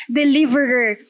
deliverer